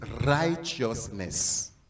righteousness